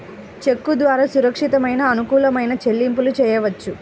చెక్కు ద్వారా సురక్షితమైన, అనుకూలమైన చెల్లింపులను చెయ్యొచ్చు